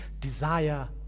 desire